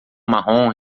marrom